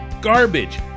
garbage